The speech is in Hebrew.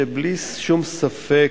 ובלי שום ספק,